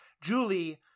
julie